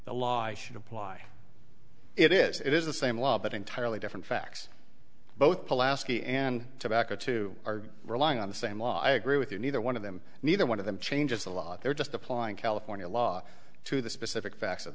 the law should apply it is it is the same law but entirely different facts both pelasgian and tobacco two are relying on the same law i agree with you neither one of them neither one of them changes a lot they're just applying california law to the specific facts of